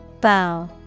Bow